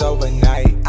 Overnight